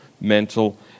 mental